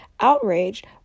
Outraged